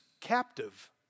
captive